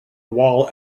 wall